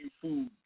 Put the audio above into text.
food